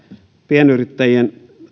pienyrittäjien